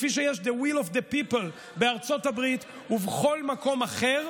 וכפי שיש The will of the people בארצות הברית ובכל מקום אחר,